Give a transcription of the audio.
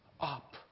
up